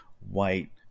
white